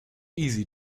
easy